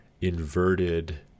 inverted